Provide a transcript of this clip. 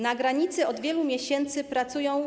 Na granicy od wielu miesięcy pracują.